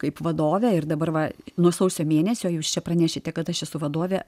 kaip vadovė ir dabar va nuo sausio mėnesio jūs čia pranešite kad aš esu vadovė